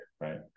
right